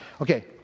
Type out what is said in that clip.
Okay